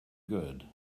good